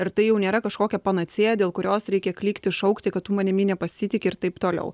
ir tai jau nėra kažkokia panacėja dėl kurios reikia klykti šaukti kad tu manimi nepasitiki ir taip toliau